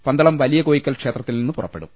പന്തളം വലിയ കോയിക്കൽ ക്ഷേത്രത്തിൽ നിന്ന് പുറപ്പെടും